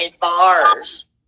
bars